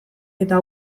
eta